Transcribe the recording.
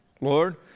Lord